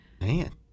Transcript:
Man